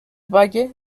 valle